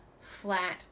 flat